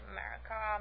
America